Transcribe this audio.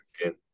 again